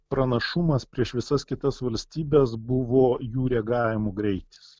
pranašumas prieš visas kitas valstybes buvo jų reagavimo greitis